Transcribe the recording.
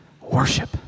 worship